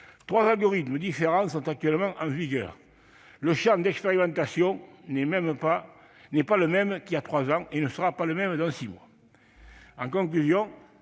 Trois algorithmes différents sont actuellement en vigueur. Le champ d'expérimentation n'est pas le même qu'il y a trois ans et ne sera pas le même dans six mois. En conclusion,